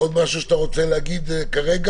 יש עוד משהו שאתה רוצה להגיד כרגע?